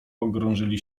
pogrążyli